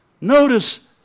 Notice